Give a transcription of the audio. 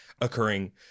occurring